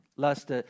lust